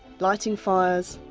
lighting fires,